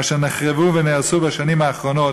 אשר נחרבו ונהרסו בשנים האחרונות".